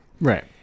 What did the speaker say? Right